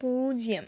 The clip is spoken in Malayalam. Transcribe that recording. പൂജ്യം